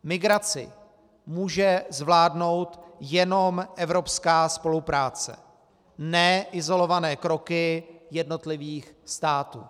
Migraci může zvládnout jenom evropská spolupráce, ne izolované kroky jednotlivých států.